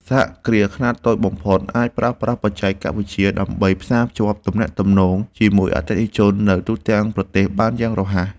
សហគ្រាសខ្នាតតូចបំផុតអាចប្រើប្រាស់បច្ចេកវិទ្យា ដើម្បីផ្សារភ្ជាប់ទំនាក់ទំនងជាមួយអតិថិជននៅទូទាំងប្រទេសបានយ៉ាងរហ័ស។